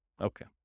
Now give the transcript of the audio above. Okay